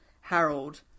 Harold